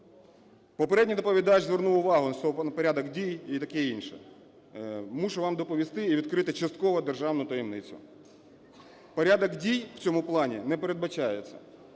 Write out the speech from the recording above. Попередній доповідач звернув увагу на порядок дій і таке інше. Мушу вам доповісти і відкрити частково державну таємницю – порядок дій в цьому плані не передбачається.